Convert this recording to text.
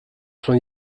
från